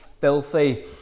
filthy